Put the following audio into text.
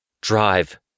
Drive